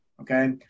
Okay